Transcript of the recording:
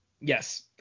Yes